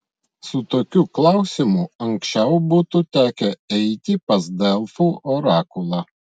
su tokiu klausimu anksčiau būtų tekę eiti pas delfų orakulą